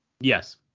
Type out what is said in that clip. Yes